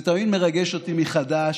זה תמיד מרגש אותי מחדש.